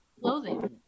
clothing